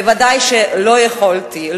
ודאי שלא יכולתי,